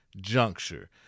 juncture